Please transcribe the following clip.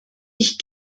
ich